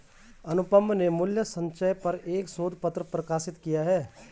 अनुपम ने मूल्य संचय पर एक शोध पत्र प्रकाशित किया